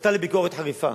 זכתה לביקורת חריפה.